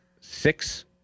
six